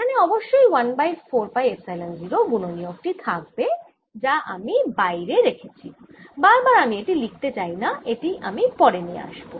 এখানে অবশ্যই 1 by 4 pi epsilon 0 গুণনীয়ক টি থাকবে যা আমি বাইরে রেখেছি বার বার আমি এটি লিখতে চাই না এটি আমি পরে নিয়ে আসব